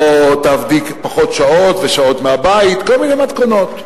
או תעבדי פחות שעות ושעות מהבית, כל מיני מתכונות.